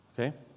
Okay